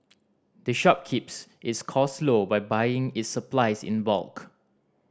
the shop keeps its cost low by buying its supplies in bulk